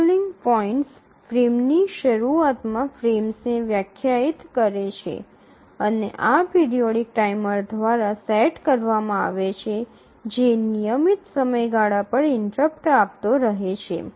scheduling points ફ્રેમ્સની શરૂઆતમાં ફ્રેમ્સને વ્યાખ્યાયિત કરે છે અને આ પિરિયોડિક ટાઈમર દ્વારા સેટ કરવામાં આવે છે જે નિયમિત સમયગાળા પર ઇન્ટરપ્ટ આપતો રહે છે